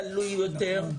תלוי יותר,